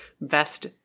best